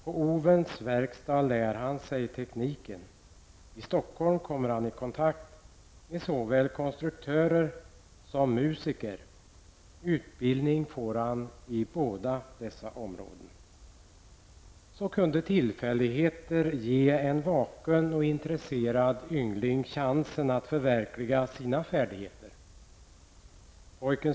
På Owens verkstad lär han sig tekniken. I Stockholm kommer han i kontakt med såväl konstruktörer som musiker. Utbildning får han i båda dessa områden. Så kunde tillfälligheter ge en vaken och intresserad yngling chansen att förverkliga sina färdigheter.